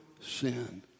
sin